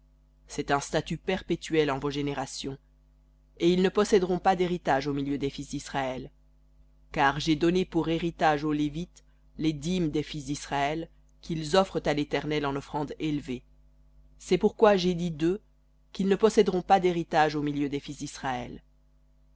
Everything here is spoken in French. c'est un statut perpétuel en vos générations et ils ne possèderont pas d'héritage au milieu des fils disraël car j'ai donné pour héritage aux lévites les dîmes des fils d'israël qu'ils offrent à l'éternel en offrande élevée c'est pourquoi j'ai dit d'eux qu'ils ne possèderont pas d'héritage au milieu des fils d'israël